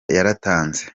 yaratanze